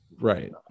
right